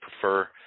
prefer